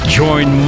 join